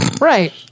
Right